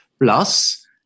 Plus